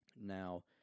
Now